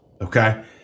okay